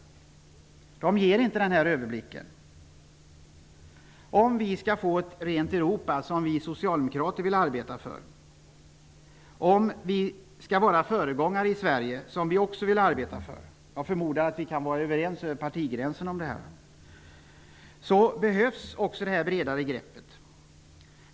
För att få till stånd ett rent Europa, något som vi socialdemokrater vill arbeta för, och för att Sverige skall kunna gå före, vilket vi också vill arbeta för -- jag förmodar att man kan vara överens över partierna om detta -- behövs också detta bredare grepp.